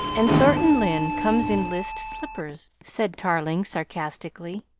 and thornton lyne comes in list slippers, said tarling sarcastically.